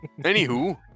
Anywho